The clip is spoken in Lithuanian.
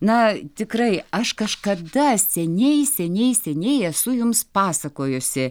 na tikrai aš kažkada seniai seniai seniai esu jums pasakojusi